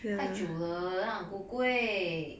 太久了那 ang ku kueh